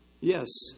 yes